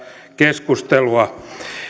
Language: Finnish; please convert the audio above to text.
keskustelua